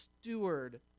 steward